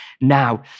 Now